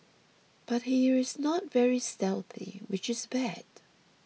but he is not very stealthy which is bad